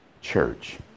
church